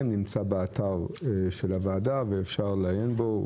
של הכנסת נמצא באתר הוועדה ואפשר לעיין בו.